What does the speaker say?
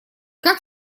как